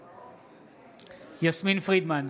בעד יסמין פרידמן,